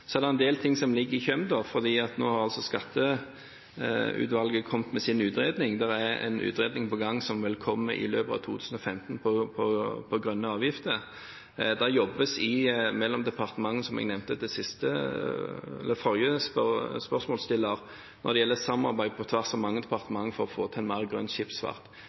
Så er det en del ting som er i kjømda. Nå har Skatteutvalget kommet med sin utredning, og det er en utredning på gang som vil komme i løpet av 2015 om grønne avgifter. Som jeg nevnte til forrige spørsmålsstiller, er det et samarbeid på tvers av mange departement for å få til en mer grønn skipsfart.